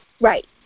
Right